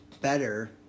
better